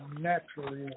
naturally